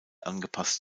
angepasst